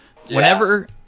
Whenever